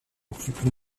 occupe